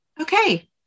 okay